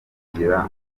kugira